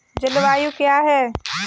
जलवायु क्या है?